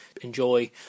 enjoy